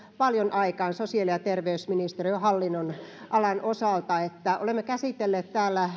paljon aikaan sosiaali ja terveysministeriön hallinnonalan osalta olemme käsitelleet